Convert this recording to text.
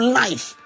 life